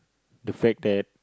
the fact that